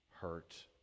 hurt